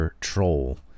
troll